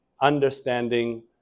Understanding